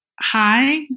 Hi